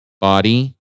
body